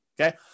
Okay